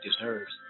deserves